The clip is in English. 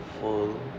full